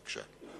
בבקשה.